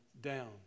down